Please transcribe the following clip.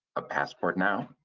passport now,